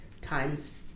times